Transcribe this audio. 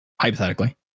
hypothetically